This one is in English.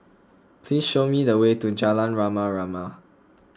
please show me the way to Jalan Rama Rama